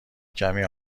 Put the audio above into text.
کمی